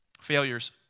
Failures